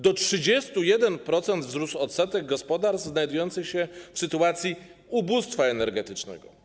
Do 31% wzrósł odsetek gospodarstw znajdujących się w sytuacji ubóstwa energetycznego.